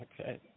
Okay